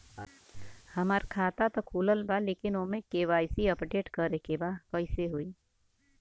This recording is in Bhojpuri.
हमार खाता ता खुलल बा लेकिन ओमे के.वाइ.सी अपडेट करे के बा कइसे होई?